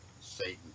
Satan